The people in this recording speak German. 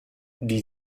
die